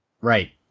Right